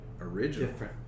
original